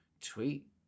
tweet